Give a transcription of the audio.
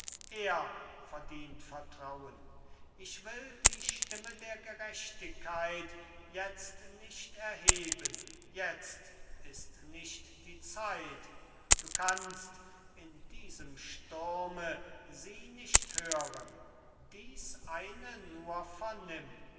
er verdient vertrauen ich will die stimme der gerechtigkeit jetzt nicht erheben jetzt ist nicht die zeit du kannst in diesem sturme sie nicht hören dies eine nur vernimm